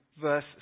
verse